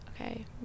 okay